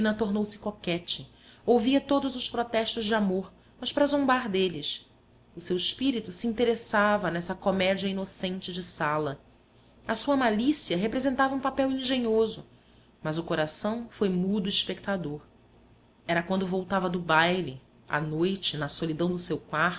tornou-se coquette ouvia todos os protestos de amor mas para zombar deles o seu espirito se interessava nessa comédia inocente de sala a sua malícia representava um papel engenhoso mas o coração foi mudo espectador era quando voltava do baile à noite na solidão do seu quarto